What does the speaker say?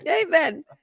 amen